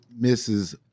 Mrs